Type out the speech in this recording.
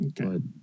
okay